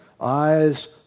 eyes